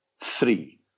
three